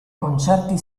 concerti